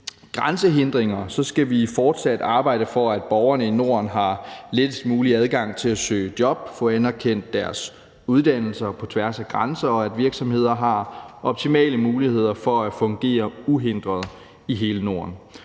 grænsehindringer skal vi fortsat arbejde for, at borgerne i Norden har lettest mulig adgang til at søge job og få anerkendt deres uddannelser på tværs af grænser, og at virksomheder har optimale muligheder for at fungere uhindret i hele Norden.